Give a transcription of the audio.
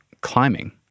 climbing